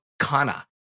Kana